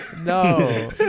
No